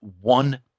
one